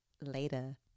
later